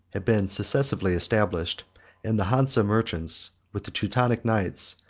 have been successively established and the hanse merchants, with the teutonic knights,